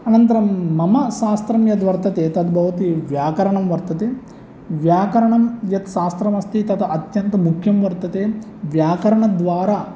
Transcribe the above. अनन्तरं मम शास्त्रं यद्वर्तते तद्भवति व्याकरणं वर्तते व्याकरणं यत् शास्त्रमस्ति तदत्यन्तं मुख्यं वर्तते व्याकरणद्वारा